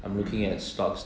mm